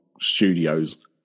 Studios